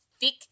thick